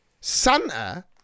Santa